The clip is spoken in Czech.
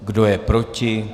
Kdo je proti?